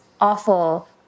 awful